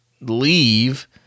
leave